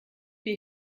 wir